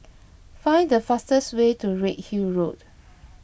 find the fastest way to Redhill Road